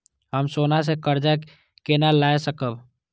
हम सोना से कर्जा केना लाय सकब?